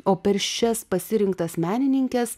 o per šias pasirinktas menininkes